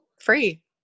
free